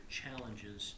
challenges